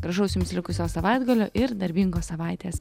gražaus jums likusio savaitgalio ir darbingos savaitės